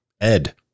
Ed